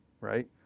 right